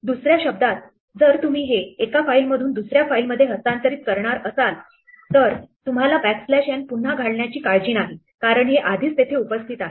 दुसऱ्या शब्दांत जर तुम्ही हे एका फाईलमधून दुसऱ्या फाइलमध्ये हस्तांतरित करणार असाल तर तुम्हाला बॅकस्लॅश एन पुन्हा घालण्याची काळजी नाही कारण हे आधीच तेथे उपस्थित आहे